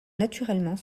naturellement